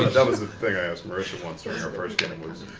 that was a thing i asked marisha once, during our first game, was,